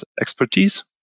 expertise